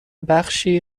بخشی